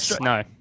no